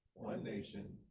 nation,